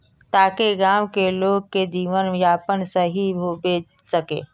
ताकि गाँव की लोग के जीवन यापन सही होबे सके?